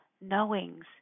knowings